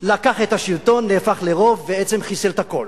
לקח את השלטון, נהפך לרוב ובעצם חיסל את הכול.